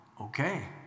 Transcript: okay